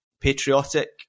patriotic